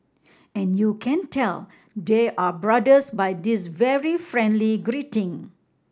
and you can tell they are brothers by this very friendly greeting